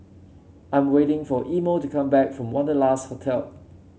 I'm waiting for Imo to come back from Wanderlust Hotel